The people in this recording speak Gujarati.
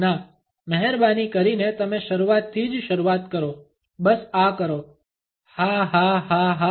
ના મહેરબાની કરીને તમે શરૂઆતથી જ શરૂઆત કરો બસ આ કરો હા હા હા હા